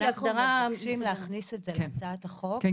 אנחנו מבקשים להכניס את זה להצעת החוק.